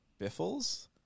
Biffles